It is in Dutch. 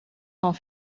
van